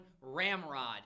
Ramrod